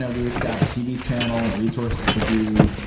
ah we have got a tv channel and resources to do.